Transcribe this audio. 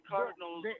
Cardinals